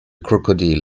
crocodile